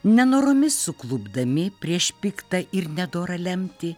nenoromis suklupdami prieš piktą ir nedorą lemtį